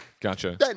Gotcha